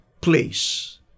place